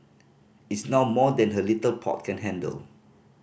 it's now more than her little pot can handle